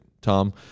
Tom